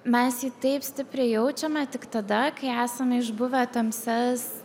mes jį taip stipriai jaučiame tik tada kai esame išbuvę tamsias